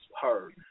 heard